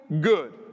good